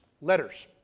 letters